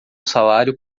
salário